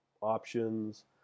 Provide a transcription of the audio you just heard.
options